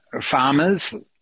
farmers